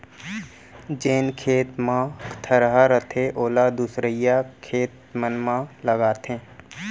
जेन खेत म थरहा रथे ओला दूसरइया खेत मन म लगाथें